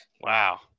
wow